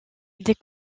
des